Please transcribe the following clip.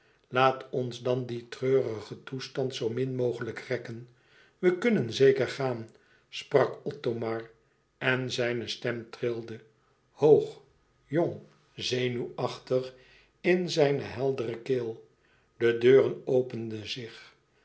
laat ons dan dien treurigen toestand zoo min mogelijk rekken we kunnen zeker gaan sprak othomar en zijne stem trilde hoog jong zenuwachtig in zijne heldere keel de deuren openden zich